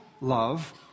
love